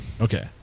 okay